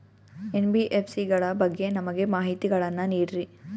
NBFC ಗಳ ಬಗ್ಗೆ ನಮಗೆ ಮಾಹಿತಿಗಳನ್ನ ನೀಡ್ರಿ?